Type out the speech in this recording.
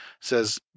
says